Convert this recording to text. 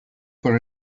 for